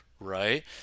right